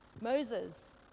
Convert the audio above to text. Moses